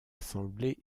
assemblée